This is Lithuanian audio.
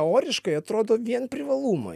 teoriškai atrodo vien privalumai